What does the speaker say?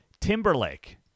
Timberlake